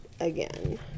again